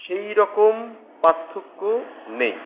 সেই রকম পার্থক্য নেই